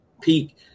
peak